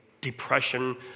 depression